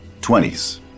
20s